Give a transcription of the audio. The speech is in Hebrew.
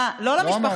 אה, לא למשפחה?